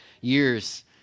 years